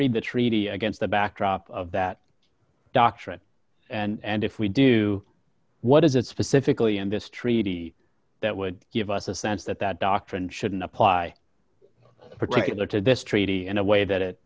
read the treaty against the backdrop of that doctrine and if we do what is it specifically in this treaty that would give us a sense that that doctrine shouldn't apply particular to this treaty in a way that it